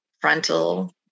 frontal